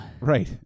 Right